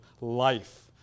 life